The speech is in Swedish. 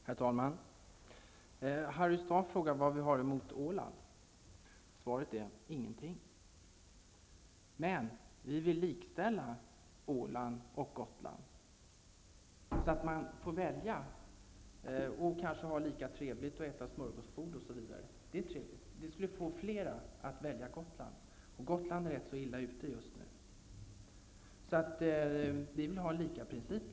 Herr talman! Harry Staaf frågar vad vi i Ny demokrati har emot Åland. Svaret är: Ingenting. Vi vill likställa Åland och Gotland så att man får välja, och kanske ha lika trevligt, äta smörgåsbord osv. Det skulle få fler att välja Gotland. Gotland är illa ute just nu. Vi vill där ha en likaprincip.